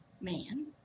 man